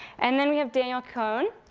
and then we have daniel kohn,